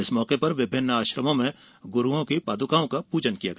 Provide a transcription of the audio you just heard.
इस मौके पर विभिन्न आश्रमों में गुरूओं की पादुकाओं का पूजन किया गया